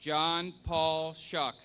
john paul shock